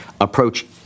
approach